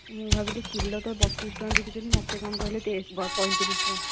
ମୁଁ ଭାବିଲି କିଲୋ ତ ବତିଶିଟଙ୍କା ବିକୁଛନ୍ତି ମୋତେ କ'ଣ କହିଲେ ପଇଁତିରିଶି ଟଙ୍କା